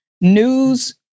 News